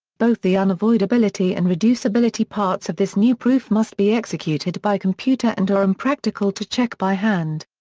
both the unavoidability and reducibility parts of this new proof must be executed by computer and are impractical to check by hand.